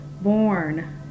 born